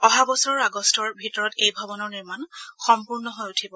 অহা বছৰৰ আগষ্টৰ ভিতৰত এই ভৱনৰ নিৰ্মাণ সম্পূৰ্ণ হৈ উঠিব